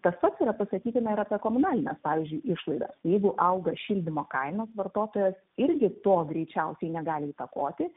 tas pats yra pasakytina ir apie komunalines pavyzdžiui išlaidas jeigu auga šildymo kainos vartotojas irgi to greičiausiai negali įtakoti